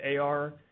AR